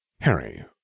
Harry